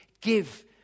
give